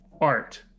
art